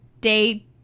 day